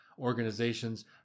organizations